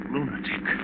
Lunatic